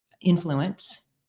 influence